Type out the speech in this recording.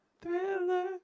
Thriller